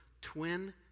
twin